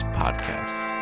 podcasts